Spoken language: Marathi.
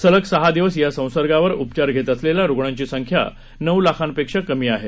सलग सहा दिवस या संसर्गावर उपचार घेत असलेल्या रुणांची संख्या नऊ लाखापेक्षा कमी आहे